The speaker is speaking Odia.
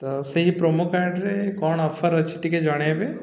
ତ ସେହି ପ୍ରୋମୋ କାର୍ଡ଼ରେ କ'ଣ ଅଫର୍ ଅଛି ଟିକେ ଜଣେଇବେ